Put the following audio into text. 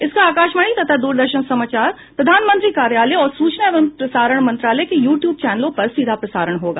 इसका आकाशवाणी तथा दूरदर्शन समाचार प्रधानमंत्री कार्यालय और सूचना एवं प्रसारण मंत्रालय के यू टयूब चौनलों पर सीधा प्रसारण होगा